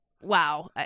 Wow